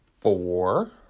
four